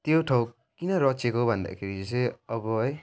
त्यो ठाउँ किन रचेको भन्दाखेरि चाहिँ अब है